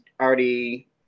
already